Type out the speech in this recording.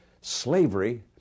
slavery